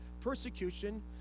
persecution